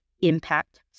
impact